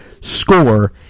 score